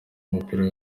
w’umupira